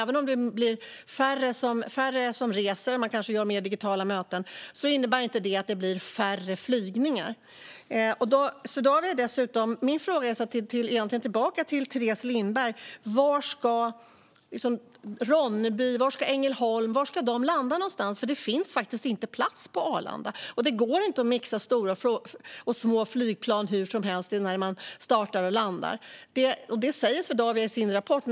Även om det blir färre som reser och man kanske har fler digitala möten behöver det inte bli färre flygningar. Min fråga tillbaka till Teres Lindberg är: Var ska planen från flygplatser som Ronneby och Ängelholm landa? Det finns faktiskt inte plats på Arlanda. Det går inte att mixa stora och små flygplan hur som helst när man startar och landar. Det säger Swedavia i sin rapport.